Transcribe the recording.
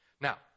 Now